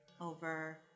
over